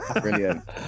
Brilliant